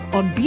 on